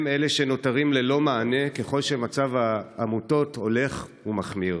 הם אלה שנותרים ללא מענה ככל שמצב העמותות הולך ומחמיר.